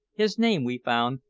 his name, we found,